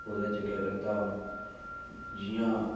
ओह्दे च केह् करदा हून जि'यां